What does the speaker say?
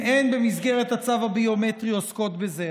אם הן במסגרת הצו הביומטרי עוסקות בזה,